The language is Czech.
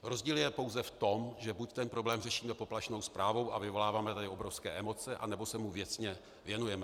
Rozdíl je pouze v tom, že buď ten problém řešíme poplašnou zprávou a vyvoláváme tady obrovské emoce, anebo se mu věcně věnujeme.